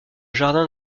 jardin